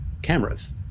cameras